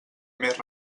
més